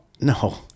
No